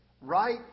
right